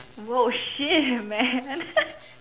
!whoa! shit man